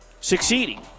succeeding